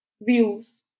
views